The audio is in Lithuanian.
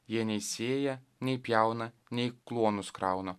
jie nei sėja nei pjauna nei kluonus krauna